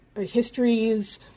histories